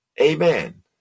Amen